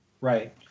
Right